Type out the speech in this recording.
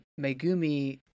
Megumi